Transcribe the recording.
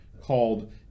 called